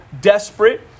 desperate